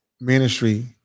ministry